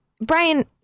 Brian